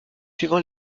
suivant